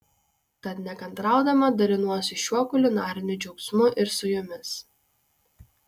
tad nekantraudama dalinuosi šiuo kulinariniu džiaugsmu ir su jumis